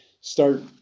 start